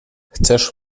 chcesz